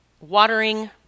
watering